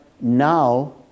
now